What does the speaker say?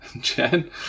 Jen